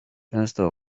często